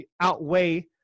outweigh